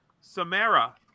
Samara